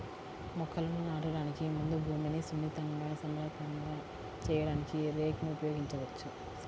మొక్కలను నాటడానికి ముందు భూమిని సున్నితంగా, సమతలంగా చేయడానికి రేక్ ని ఉపయోగించవచ్చు